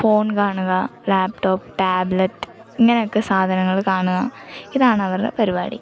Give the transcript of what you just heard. phone കാണുക laptop tablet ഇങ്ങനെയൊക്കെ സാധനങ്ങൾ കാണുക ഇതാണ് അവരുടെ പരിപാടി